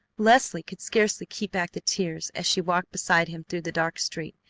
leslie could scarcely keep back the tears as she walked beside him through the dark street,